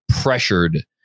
pressured